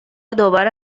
دوباره